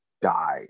die